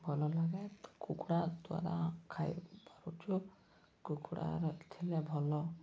ଭଲ ଲାଗେ ତ କୁକୁଡ଼ା ଦ୍ୱାରା ଖାଇ ପାରୁଛୁ କୁକୁଡ଼ା ରଖିଥିଲେ ଭଲ